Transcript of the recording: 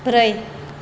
ब्रै